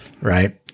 Right